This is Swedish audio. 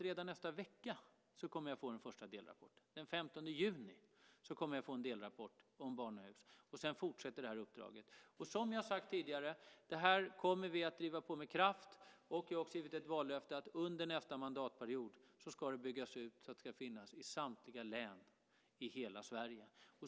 Redan i nästa vecka - den 15 juni - kommer jag att få den första delrapporten om barnahus. Sedan fortsätter uppdraget. Som jag har sagt tidigare kommer vi att driva på det här med kraft. Vi har också givit ett vallöfte om att barnahusen ska byggas ut så att de under nästa mandatperiod ska finnas i samtliga län i hela Sverige.